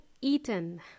eaten